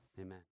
amen